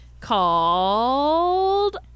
called